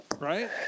Right